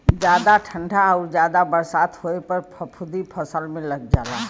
जादा ठंडा आउर जादा बरसात होए पर फफूंदी फसल में लग जाला